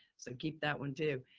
so keep that one too.